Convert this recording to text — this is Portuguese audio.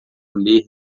ler